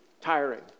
tiring